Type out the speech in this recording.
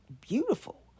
beautiful